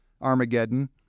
Armageddon